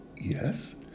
yes